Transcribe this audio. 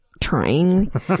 trying